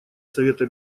совета